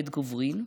בית גוברין,